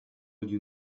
you